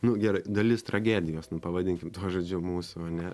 nu gerai dalis tragedijos pavadinkim tuo žodžiu mūsų ane